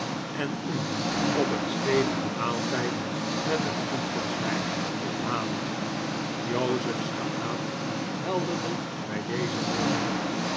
en u op een stevigen maaltijd met een goed glas wyn onthalen jozef s gelaat helderde bij deze woorden op